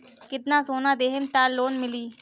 कितना सोना देहम त लोन मिली?